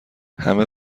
همه